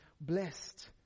blessed